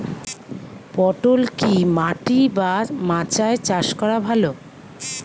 পটল কি মাটি বা মাচায় চাষ করা ভালো?